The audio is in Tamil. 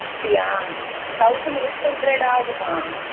அப்படியா தௌசண்ட் எயிட் ஹண்ட்ரடு ஆகுமா